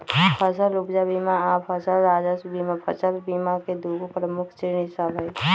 फसल उपजा बीमा आऽ फसल राजस्व बीमा फसल बीमा के दूगो प्रमुख श्रेणि सभ हइ